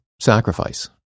sacrifice